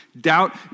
Doubt